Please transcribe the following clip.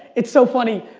it's so funny,